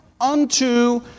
unto